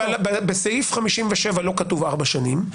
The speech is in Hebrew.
אבל בסעיף 57 לא כתוב ארבע שנים.